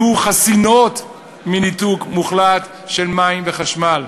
יהיו חסינות מניתוק מוחלט של מים וחשמל.